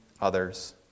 others